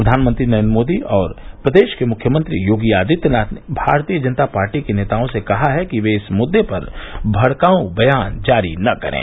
प्रधानमंत्री नरेन्द्र मोदी और प्रदेश के मुख्यमंत्री योगी आदित्यनाथ ने भारतीय जनता पार्टी के नेताओं से कहा है कि वे इस मुद्दे पर भडकाऊ बयान जारी न करें